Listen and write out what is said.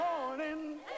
morning